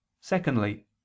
Secondly